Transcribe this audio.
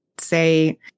say